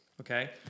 Okay